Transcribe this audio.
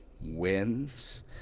wins